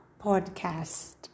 podcast